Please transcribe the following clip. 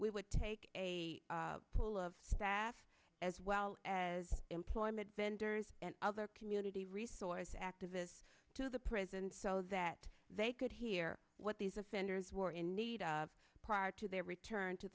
we would take a poll of staff as well as employment vendors and other community resource activists to the prison so that they could hear what these offenders were in need of prior to their return to